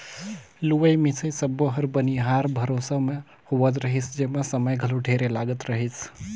लुवई मिंसई सब्बो हर बनिहार भरोसा मे होवत रिहिस जेम्हा समय घलो ढेरे लागत रहीस